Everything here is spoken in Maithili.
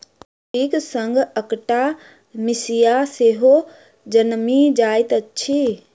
मसुरीक संग अकटा मिसिया सेहो जनमि जाइत अछि